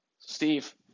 Steve